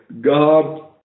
God